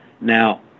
Now